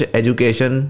education